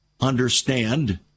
understand